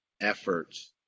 efforts